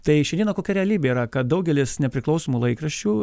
tai šiandieną kokia realybė yra kad daugelis nepriklausomų laikraščių